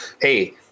Hey